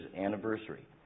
anniversary